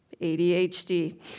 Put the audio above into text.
ADHD